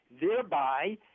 thereby